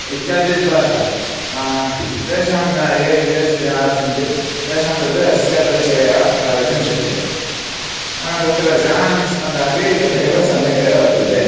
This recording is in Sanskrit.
इत्यादिद्वारा तेषां ये विदेशिजनाः सन्ति तेषां कृते अस्य परिचयः कारयितुं शक्यते तत्र जनानां स्पन्दः अपि तथैव सम्यक् एव वर्तते